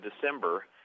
December